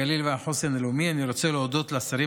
הגליל והחוסן הלאומי אני רוצה להודות לשרים